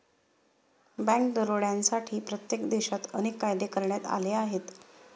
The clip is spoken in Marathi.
बँक दरोड्यांसाठी प्रत्येक देशात अनेक कायदे करण्यात आले आहेत